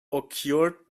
occurred